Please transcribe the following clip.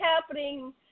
happening